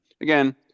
Again